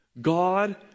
God